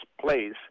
place